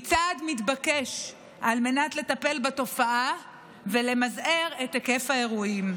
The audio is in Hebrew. היא צעד מתבקש על מנת לטפל בתופעה ולמזער את היקף האירועים.